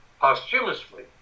posthumously